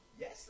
Yes